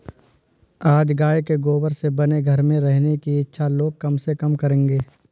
आज गाय के गोबर से बने घर में रहने की इच्छा लोग कम से कम करेंगे